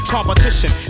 Competition